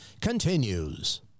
continues